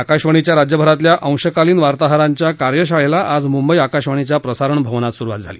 आकाशवाणीच्या राज्यभरातल्या अध्वकालीन वार्ताहराच्या कार्यशाळेला आज मुद्धि आकाशवाणीच्या प्रसारण भावनात सुरुवात झाली